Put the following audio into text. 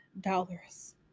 dollars